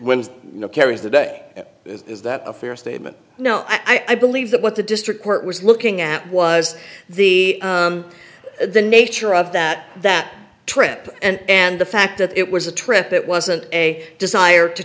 wins you know carries the day is that a fair statement no i believe that what the district court was looking at was the the nature of that that trip and and the fact that it was a trip that wasn't a desire to